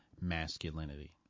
masculinity